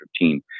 team